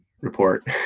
report